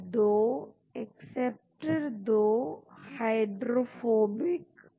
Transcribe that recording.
तो यदि आप ए संरचना को लें यह ए पर 13 बिट्स का हो सकता है तो कुछ खास विशेषताएं उपस्थित है और दूसरी अनुपस्थित है